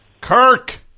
Kirk